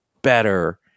Better